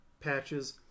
Patches